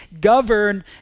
govern